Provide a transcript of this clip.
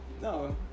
No